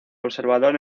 observador